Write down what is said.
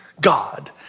God